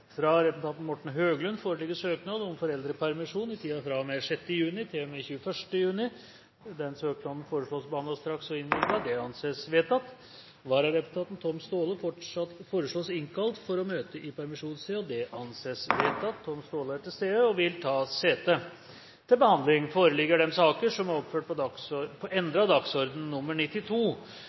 Fra representanten Morten Høglund foreligger søknad om foreldrepermisjon i tiden fra og med 6. juni til og med 21. juni. Denne søknad foreslås behandlet straks og innvilget. – Det anses vedtatt. Vararepresentanten, Tom Staahle, foreslås innkalt for å møte i permisjonstiden. – Det anses vedtatt. Tom Staahle er til stede og vil ta sete. Før sakene på dagens kart tas opp til behandling,